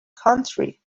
country